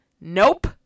nope